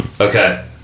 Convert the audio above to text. Okay